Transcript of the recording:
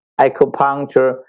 acupuncture